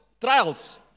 trials